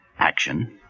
action